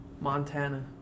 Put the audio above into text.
Montana